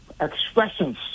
expressions